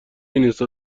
اینستا